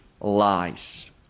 lies